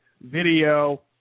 video